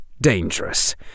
dangerous